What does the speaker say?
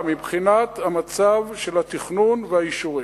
מבחינת המצב של התכנון והאישורים.